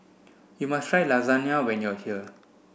you must try Lasagna when you are here